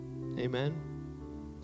amen